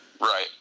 Right